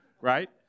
right